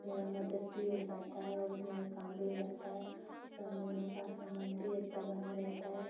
मेरी मदद भी हो जाती है और मेरा काम भी हो जाता है और हम दोनों का सम्बन्ध भी अच्छा बना रहता है